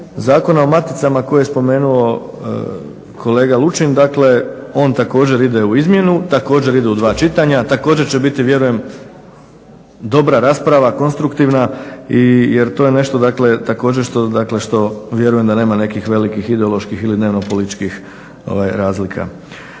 Zakona o maticama koje je spomenuo kolega Lučin, dakle on također ide u izmjenu, također ide u dva čitanja, također će biti vjerujem dobra rasprava, konstruktivna jer to je nešto također što vjerujem da nema nekih velikih ideoloških ili dnevno-političkih razlika.